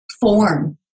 form